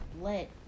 let